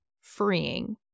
freeing